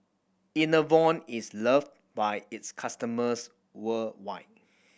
Enervon is loved by its customers worldwide